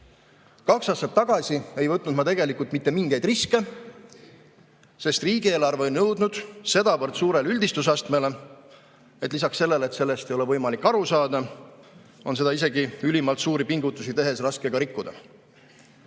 Kaks aastat tagasi ei võtnud ma tegelikult mingeid riske, sest riigieelarve on jõudnud sedavõrd suurele üldistusastmele, et lisaks sellele, et sellest ei ole võimalik aru saada, on seda isegi ülimalt suuri pingutusi tehes raske ka rikkuda.